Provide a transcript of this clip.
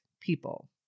people